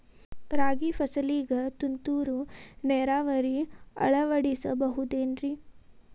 ರಾಗಿ ಫಸಲಿಗೆ ತುಂತುರು ನೇರಾವರಿ ಅಳವಡಿಸಬಹುದೇನ್ರಿ?